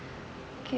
can